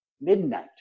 midnight